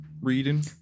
reading